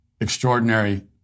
extraordinary